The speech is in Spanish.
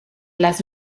las